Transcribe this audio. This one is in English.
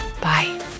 Bye